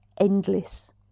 endless